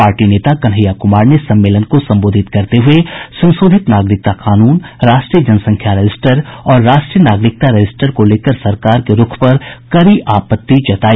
party नेता कन्हैया कुमार ने सम्मेलन को संबोधित करते हुये संशोधित नागरिकता कानून राष्ट्रीय जनसंख्या रजिस्टर और राष्ट्रीय नागरिकता रजिस्टर को लेकर सरकार के रूख पर कड़ी आपत्ति जताई